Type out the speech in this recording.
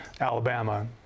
Alabama